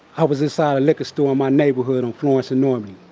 i was inside a liquor store in my neighborhood on florence and normandie.